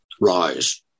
rise